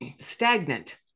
stagnant